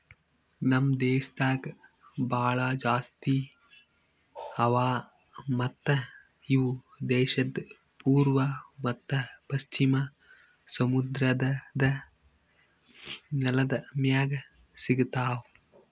ನಮ್ ದೇಶದಾಗ್ ಭಾಳ ಜಾಸ್ತಿ ಅವಾ ಮತ್ತ ಇವು ದೇಶದ್ ಪೂರ್ವ ಮತ್ತ ಪಶ್ಚಿಮ ಸಮುದ್ರದ್ ನೆಲದ್ ಮ್ಯಾಗ್ ಸಿಗತಾವ್